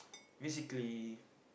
basically